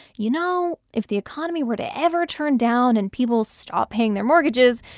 you know, if the economy were to ever turn down and people stopped paying their mortgages,